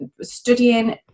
studying